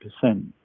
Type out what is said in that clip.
percent